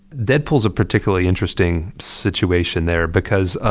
deadpool's a particularly interesting situation there because,